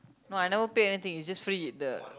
no I never pay anything it's just free the